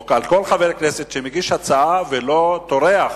או כל חבר כנסת שמגיש הצעה ולא טורח